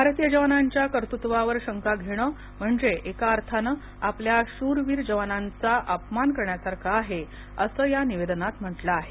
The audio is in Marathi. भारतीय जवानांच्या कर्तृत्वावर शंका घेण म्हणजे एका अर्थानं आपल्या शूरवीर जवानांचा अपमान करण्यासारखं आहे असं या निवेदनात म्हटलं आहे